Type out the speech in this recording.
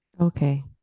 Okay